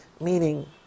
meaning